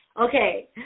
Okay